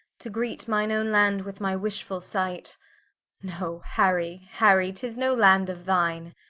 to greet mine owne land with my wishfull sight no harry, harry tis no land of thine,